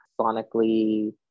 sonically